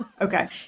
Okay